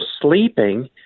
sleeping